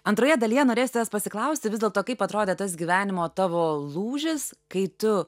antroje dalyje norėsiu tavęs pasiklausti vis dėlto kaip atrodė tas gyvenimo tavo lūžis kai tu